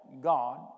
God